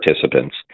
participants